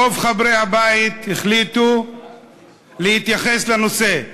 רוב חברי הבית החליטו להתייחס לנושא,